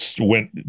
went